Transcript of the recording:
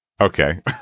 Okay